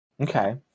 Okay